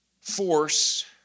force